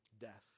death